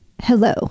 Hello